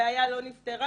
הבעיה לא נפתרה.